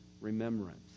remembrance